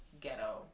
ghetto